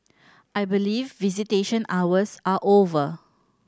I believe visitation hours are over